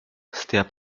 setiap